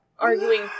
Arguing